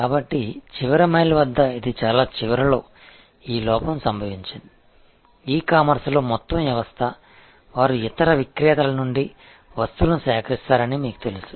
కాబట్టి చివరి మైలు వద్ద ఇది చాలా చివరలో ఈ లోపం సంభవించింది ఈ కామర్స్లో మొత్తం వ్యవస్థ వారు ఇతర విక్రేతల నుండి వస్తువులను సేకరిస్తారని మీకు తెలుసు